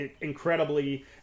incredibly